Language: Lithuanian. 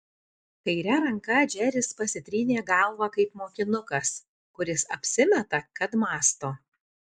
kaire ranka džeris pasitrynė galvą kaip mokinukas kuris apsimeta kad mąsto